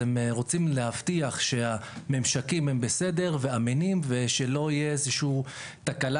הם רוצים להבטיח שהממשקים הם בסדר ואמינים ושלא תהיה תקלה